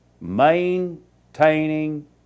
maintaining